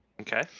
Okay